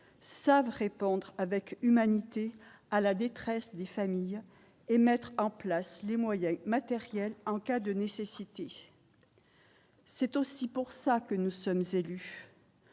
savent répondre avec humanité à la détresse des familles et mettre en place les moyens matériels en cas de nécessité. C'est aussi pour ça que nous sommes élus.